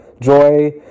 joy